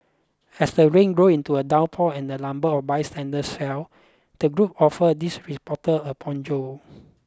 as the rain grew into a downpour and the number of bystanders swelled the group offered this reporter a poncho